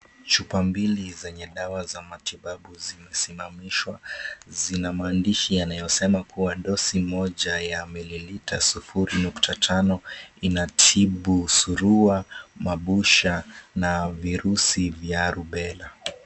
Chupa mbili zenye dawa za matibabu zimesimamishwa. Zina maandishi yanayosomema kuwa dosi moja ya mililita sufuri nukta tano inatibu Surua, Mabusha na virusi vya Rubella.